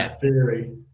theory